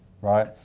Right